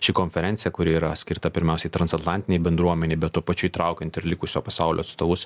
ši konferencija kuri yra skirta pirmiausiai transatlantinei bendruomenei bet tuo pačiu įtraukiant ir likusio pasaulio atstovus